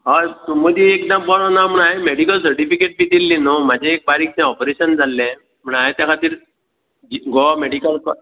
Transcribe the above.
हय मदीं एकदां बरो ना म्हणून हांवें मॅडिकल सर्टिफिकेट बी दिल्ली न्हय म्हजें एक बारीकशें ऑपरेशन जाल्लें म्हणून हांवें त्या खातीर गोवा मॅडिकल कॉ